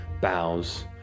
bows